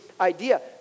idea